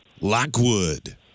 Lockwood